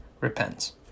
repents